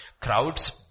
crowds